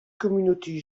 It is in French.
communauté